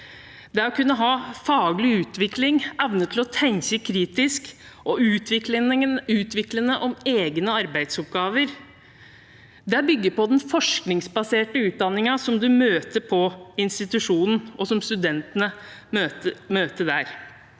Det å kunne ha faglig utvikling og evne til å tenke kritisk og utviklende om egne arbeidsoppgaver bygger på den forskningsbaserte utdanningen som en møter på institusjonen, som studentene møter der.